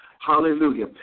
Hallelujah